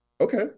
okay